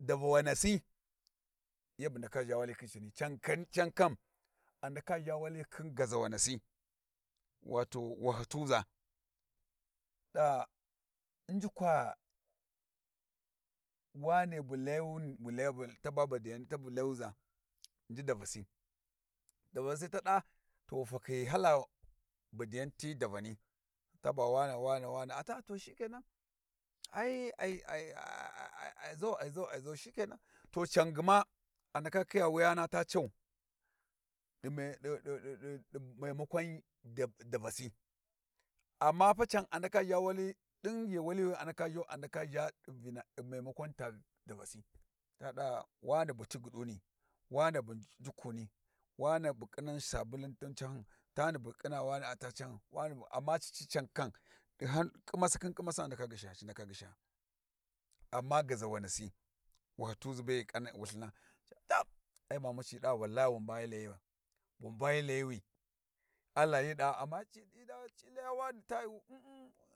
Davuwanasi yabu ndaka ʒha wali khin cani, can kan a ndaka ʒha wali khin gaʒawanasi watau wahyituʒa ɗa u'njukwa wane ta bu layuʒa inji davasi, Davasi sai ta ɗa to ghi fakhi ghi hala badiyan ti davani, ta ba wane wane wane a toshike nan ai ai ʒau to shekenan to can gma a ndaka khiya wuyana ta cau ɗi me ɗi ɗi ɗi memakwan davasi, amma pa can a ndaka ʒha wali ɗin ʒhewali wi a ndaka ʒhau a ndaka ʒha ɗi maimakon ta davasi ta ɗa wane bu tigyiɗuni wane bu njukuni wane bu ƙhinna sabulin mun cahyun wane bu ƙhina wana'a ta cahyun amma cici can kan ɗi han ƙhimasi khin ƙhimasi a ndaka gyisha'a ndaka gyisha. Amma gaʒawanasi wahyiyuʒi be'e ƙauni wulthina tap ai mamu ciɗa wan ba hyi layiya wan ba hyi Layiwi